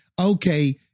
okay